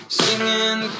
singing